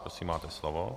Prosím, máte slovo.